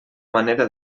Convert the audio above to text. manera